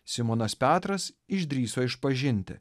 simonas petras išdrįso išpažinti